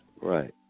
Right